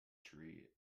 tree